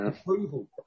approval